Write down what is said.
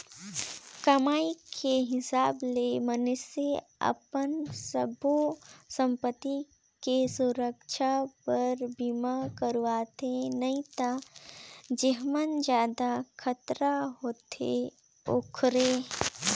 कमाई के हिसाब ले मइनसे अपन सब्बो संपति के सुरक्छा बर बीमा करवाथें नई त जेम्हे जादा खतरा होथे ओखरे